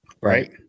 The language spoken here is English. right